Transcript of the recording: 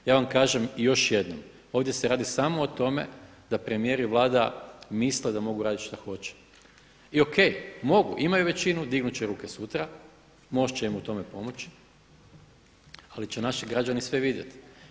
Ja vam kažem još jednom ovdje se radi samo o tome da premijer i Vlada misle da mogu raditi šta hoće i o.k. mogu, imaju većinu, dignut će ruke sutra, MOST će im u tome pomoći, ali će naši građani sve vidjeti.